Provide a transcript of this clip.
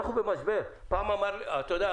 אתה יודע,